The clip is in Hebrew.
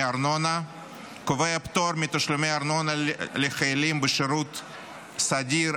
קובע פטור מתשלומי ארנונה לחיילים בשירות סדיר,